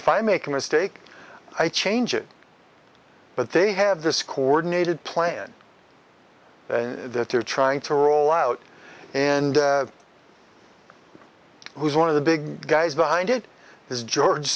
if i make a mistake i change it but they have this coordinated plan that they're trying to roll out and who is one of the big guys behind it is george